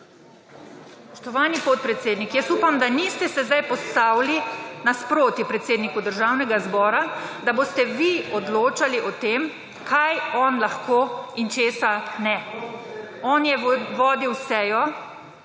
Spoštovani podpredsednik, jaz upam, da niste se zdaj postavili nasproti predsedniku Državnega zbora, da boste vi odločali o tem, kaj on lahko in česa ne. On je vodil sejo,